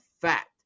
fact